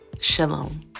Shalom